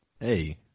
Hey